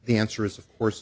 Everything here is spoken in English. the answer is of course